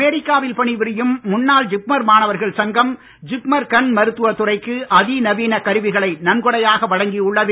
அமெரிக்காவில் பணிபுரியும் முன்னாள் ஜிப்மர் மாணவர்கள் சங்கம் ஜிப்மர் கண் மருத்துவ துறைக்கு அதிநவீன கருவிகளை நன்கொடையாக வழங்கியுள்ளது